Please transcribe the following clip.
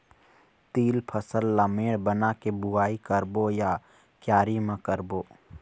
तील फसल ला मेड़ बना के बुआई करबो या क्यारी म करबो?